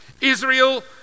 Israel